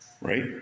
Right